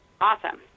awesome